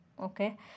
Okay